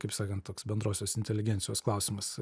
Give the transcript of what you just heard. kaip sakant toks bendrosios inteligencijos klausimas